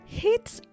hits